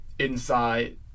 Inside